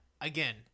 again